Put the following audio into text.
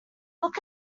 look